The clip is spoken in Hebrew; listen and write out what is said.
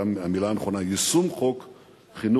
אומרים שהרישום במרס.